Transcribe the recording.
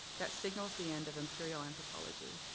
that signals the end of imperial anthropology?